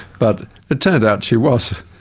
but it turned out she was.